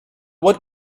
what